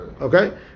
Okay